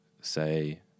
say